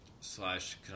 slash